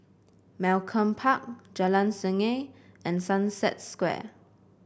Malcolm Park Jalan Sungei and Sunset Square